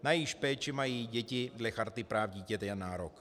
Na jejich péči mají děti dle Charty práv dítěte nárok.